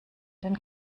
den